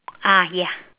ah ya